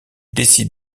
décide